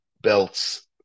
belts